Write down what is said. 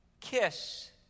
Kiss